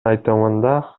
айтымында